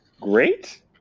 great